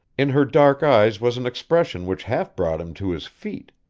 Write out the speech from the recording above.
in her dark eyes was an expression which half brought him to his feet,